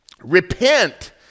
repent